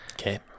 Okay